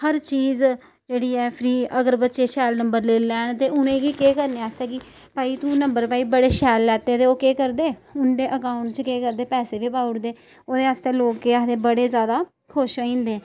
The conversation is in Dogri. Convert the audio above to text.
हर चीज जेह्ड़ी ऐ फ्री अगर बच्चे शैल नंबर लेई लैन ते उ'नें गी केह् करने आस्तै कि भाई तूं नंबर भाई बड़े शैल लैते ते ओह् केह् करदे उं'दे अकाऊंट च केह् करदे पैसे गै पाई ओड़दे ओह्दे आस्तै लोक केह् आखदे बड़े जैदा खुश होई जंदे